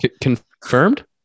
Confirmed